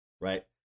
right